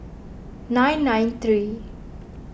nine nine three